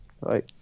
Right